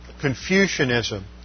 Confucianism